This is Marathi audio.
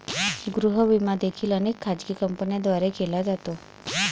गृह विमा देखील अनेक खाजगी कंपन्यांद्वारे केला जातो